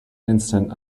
instant